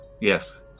Yes